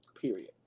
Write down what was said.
Period